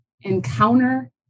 encounter